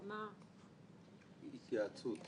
--- התשובה שלנו בעיקרון היא כך.